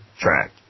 track